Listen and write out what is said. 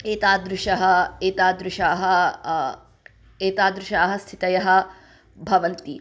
एतादृशः एतादृशाः एतादृशः स्थितयः भवन्ति